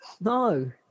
No